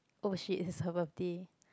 oh shit it's her birthday